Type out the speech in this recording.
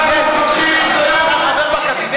אנחנו לוקחים אחריות.